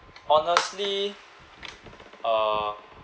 honestly uh